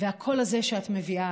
ואת הקול הזה את מביאה